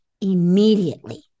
immediately